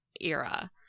era